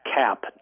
cap